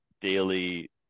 daily